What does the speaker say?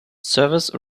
service